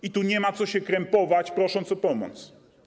I tu nie ma co się krępować, prosząc o pomoc.